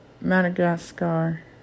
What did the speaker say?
Madagascar